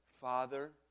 Father